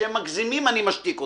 כשהם מגזימים, אני משתיק אותם.